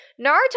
Naruto